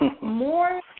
more